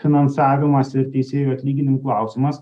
finansavimas ir teisėjų atlyginimų klausimas